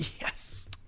Yes